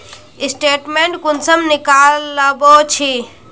Statement कुंसम निकलाबो छी?